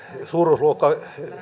suuruusluokkaa